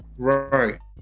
Right